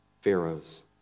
Pharaoh's